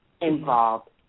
involved